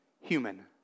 human